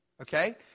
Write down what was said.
okay